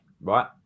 right